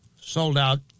sold-out